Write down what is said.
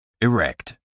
Erect